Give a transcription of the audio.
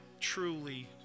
truly